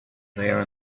there